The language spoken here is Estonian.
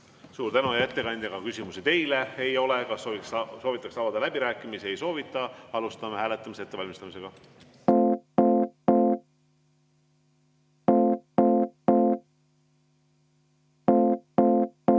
Suur tänu, hea ettekandja! Küsimusi ka teile ei ole. Kas soovitakse avada läbirääkimisi? Ei soovita. Alustame hääletamise ettevalmistamist. Head